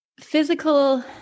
physical